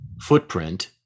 footprint